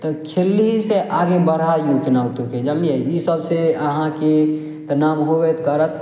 तऽ खेलहीसँ आगे बढ़य हइ केनहितोके जानलियै ईसब सँ अहाँके तऽ नाम होबे करत